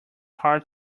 hard